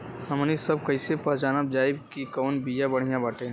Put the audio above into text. हमनी सभ कईसे पहचानब जाइब की कवन बिया बढ़ियां बाटे?